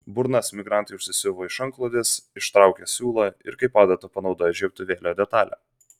burnas migrantai užsisiuvo iš antklodės ištraukę siūlą ir kaip adatą panaudoję žiebtuvėlio detalę